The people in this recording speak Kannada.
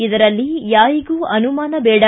ಇದರಲ್ಲಿ ಯಾರಿಗೂ ಅನುಮಾನ ಬೇಡ